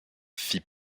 fit